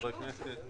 חברי כנסת,